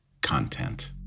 content